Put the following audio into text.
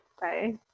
bye